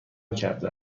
کرده